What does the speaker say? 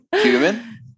human